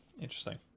interesting